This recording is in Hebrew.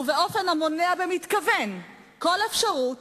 ובאופן המונע במתכוון כל אפשרות